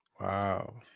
Wow